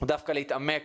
דווקא להתעמק,